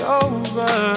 over